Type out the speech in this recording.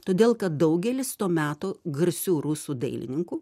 todėl kad daugelis to meto garsių rusų dailininkų